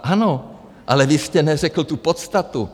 Ano, ale vy jste neřekl tu podstatu.